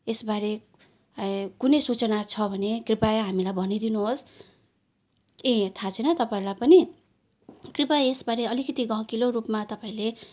यसबारे कुनै सूचना छ भने कृपया हामीलाई भनिदिनु होस् ए थाहा छैन तपाईँहरूलाई पनि कृपया यसबारे अलिकति गहकिलो रूपमा तपाईँले